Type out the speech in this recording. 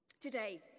Today